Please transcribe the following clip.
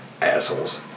Assholes